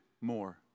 more